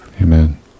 Amen